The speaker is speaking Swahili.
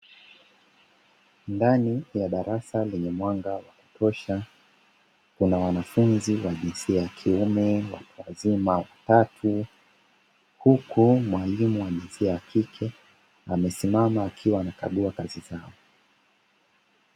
Ndani ya darasa lenye mwanga wa kutosha kuna wanafunzi wa jinsia ya kiume na watu wazima watatu. Huku mwalimu wa jinsia ya kike amesimama akiwa anakagua kazi zao.